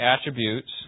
attributes